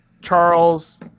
Charles